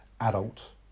adult